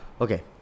Okay